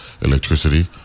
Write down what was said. electricity